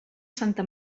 santa